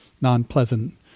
non-pleasant